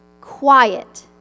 Quiet